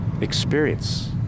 experience